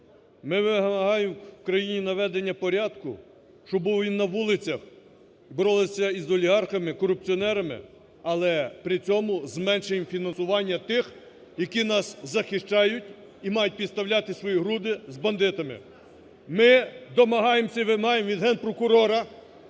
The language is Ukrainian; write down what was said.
Ми вимагаємо в країні наведення порядку, щоб був він на вулицях, боролися із олігархами, корупціонерами, але при цьому зменшили фінансування тих, які нас захищають і мають підставляти свої груди з бандитами. Ми домагаємося і вимагаємо від Генпрокурора,